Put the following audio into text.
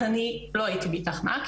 אז אני לא הייתי באית"ך-מעכי,